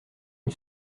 une